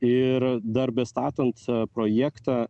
ir darbe statant a projektą